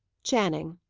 channing,